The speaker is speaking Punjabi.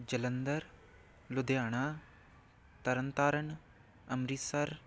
ਜਲੰਧਰ ਲੁਧਿਆਣਾ ਤਰਨ ਤਾਰਨ ਅੰਮ੍ਰਿਤਸਰ